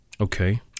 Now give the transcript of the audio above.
Okay